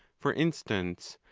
for instance,